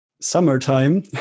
summertime